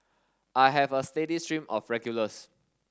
I have a steady stream of regulars